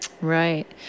Right